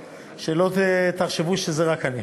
שלא תחשבו שזה רק אני.